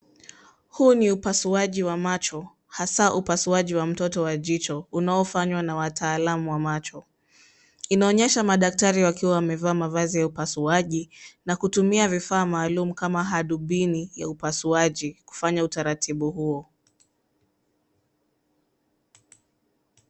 Huu ni upasuaji wa macho hasa upasuaji wa mtoto wa jicho unaofanywa na wataalamu wa macho ,inaonyesha madaktari wakiwa wamevaa mavazi ya upasuaji na kutumia vifaa maalumu kama hadubini ya upasuaji kufanya utaratibu huo.